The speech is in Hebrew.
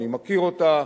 אני מכיר אותה,